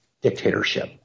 dictatorship